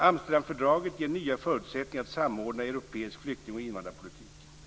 Amsterdamfördraget ger nya förutsättningar att samordna europeisk flykting och invandrarpolitik.